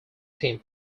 team